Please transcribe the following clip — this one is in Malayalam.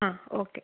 ആ ഓക്കെ